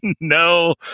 no